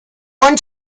one